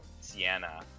Sienna